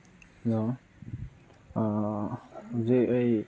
hello ꯍꯧꯖꯤꯛ ꯑꯩ